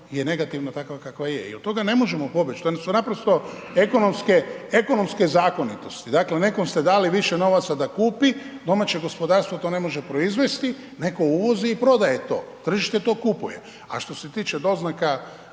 je negativna, takva kakva je i od toga ne možemo pobjeć, to su naprosto ekonomske, ekonomske zakonitosti, dakle nekom ste dali više novaca da kupi, domaće gospodarstvo to ne može proizvesti, netko uvozi i prodaje to, tržište to kupuje, a što se tiče doznaka,